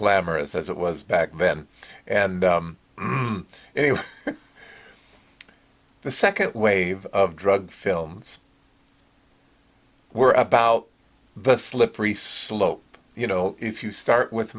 glamorous as it was back then and it was the second wave of drug films were about the slippery slope you know if you start with